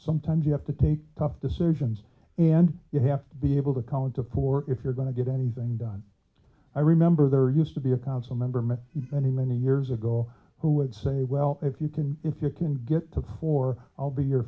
sometimes you have to tough decisions and you have to be able to count the poor if you're going to get anything done i remember there used to be a council member many many many years ago who would say well if you can if you can get to four i'll be your